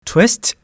Twist